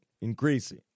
increasing